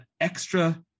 extra